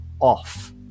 off